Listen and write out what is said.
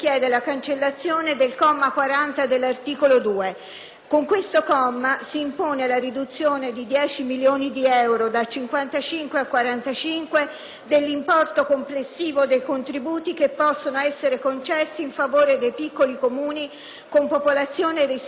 Con questo comma si impone la riduzione di 10 milioni di euro, da 55 a 45, dell'importo complessivo dei contributi che possono essere concessi in favore dei piccoli Comuni con popolazione residente ultrasessantacinquenne particolarmente elevata,